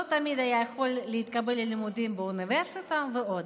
לא תמיד היה יכול להתקבל ללימודים באוניברסיטה ועוד.